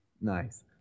Nice